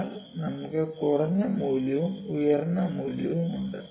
എന്നാൽ നമുക്ക് കുറഞ്ഞ മൂല്യവും ഉയർന്ന മൂല്യവുമുണ്ട്